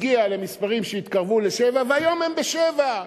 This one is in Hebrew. הגיעה למספרים שהתקרבו ל-7% והיום הם כ-7%.